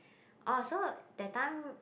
orh so that time